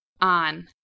on